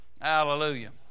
Hallelujah